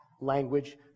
language